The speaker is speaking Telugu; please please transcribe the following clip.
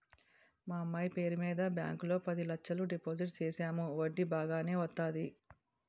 మా అమ్మాయి పేరు మీద బ్యాంకు లో పది లచ్చలు డిపోజిట్ సేసాము వడ్డీ బాగానే వత్తాది